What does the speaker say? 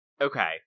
Okay